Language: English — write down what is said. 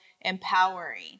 empowering